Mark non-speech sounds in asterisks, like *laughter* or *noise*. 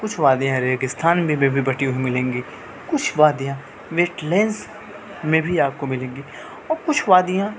کچھ وادیاں ریگستان میں بھی بٹی ہوئی ملیں گی کچھ وادیاں *unintelligible* میں بھی آپ کو ملیں گی اور کچھ وادیاں